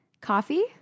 coffee